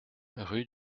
rue